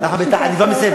אני כבר מסיים.